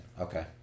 okay